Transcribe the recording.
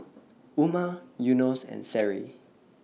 Umar Yunos and Seri